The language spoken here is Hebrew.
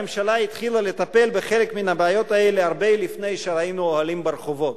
הממשלה התחילה לטפל בחלק מהבעיות האלה הרבה לפני שראינו אוהלים ברחובות.